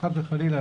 חס וחלילה,